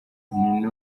n’umwe